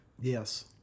Yes